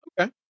Okay